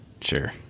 Sure